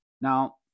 Now